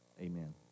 Amen